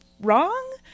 wrong